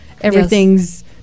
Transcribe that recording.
everything's